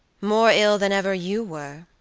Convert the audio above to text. more ill than ever you were,